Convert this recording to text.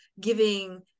giving